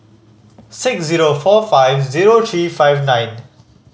six zero four five zero three five nine